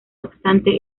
obstante